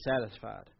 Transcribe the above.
satisfied